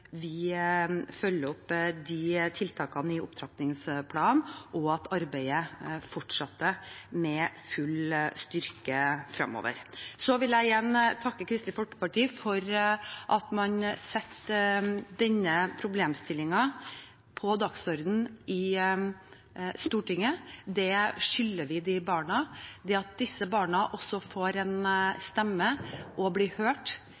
følger opp de tiltakene i opptrappingsplanen, og at arbeidet fortsetter med full styrke fremover. Så vil jeg igjen takke Kristelig Folkeparti for at man setter denne problemstillingen på dagsordenen i Stortinget. Det skylder vi de barna. Det at disse barna også får en stemme og blir hørt,